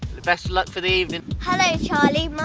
best of luck for the evening. hallo charlie.